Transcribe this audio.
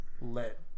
let